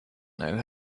know